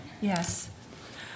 Yes